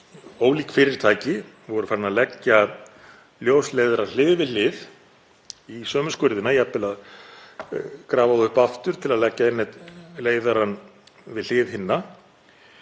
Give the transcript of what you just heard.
ólík fyrirtæki voru farin að leggja ljósleiðara hlið við hlið í sömu skurðina, jafnvel að grafa þá upp aftur til að leggja leiðarann við hlið hinna,